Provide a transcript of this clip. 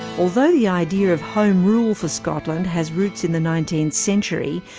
although the idea of home rule for scotland has roots in the nineteenth century,